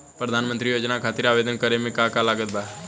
प्रधानमंत्री योजना खातिर आवेदन करे मे का का लागत बा?